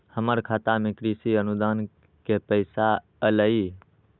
हमर खाता में कृषि अनुदान के पैसा अलई?